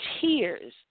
tears